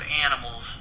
animals